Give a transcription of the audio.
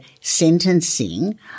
sentencing